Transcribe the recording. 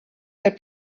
had